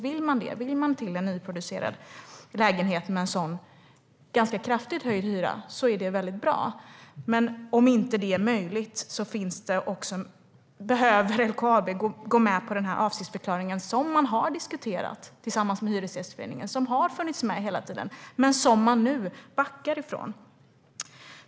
Vill man till en nyproducerad lägenhet med ganska kraftigt höjd hyra är det bra, men om det inte är möjligt behöver LKAB gå med på den avsiktsförklaring som man har diskuterat tillsammans med Hyresgästföreningen och som har funnits med hela tiden men som man nu backar från.